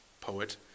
poet